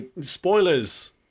spoilers